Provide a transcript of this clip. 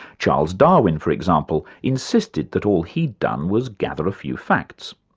charles darwin, for example, insisted that all he'd done was gather a few facts.